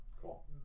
cool